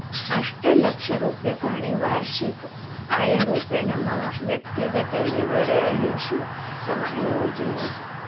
अष्टलक्षरूप्यकाणि वार्षिकम् आयरूपेण मम व्यक्तिगतविवरणेषु समायोजय